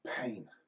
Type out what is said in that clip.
pain